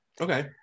Okay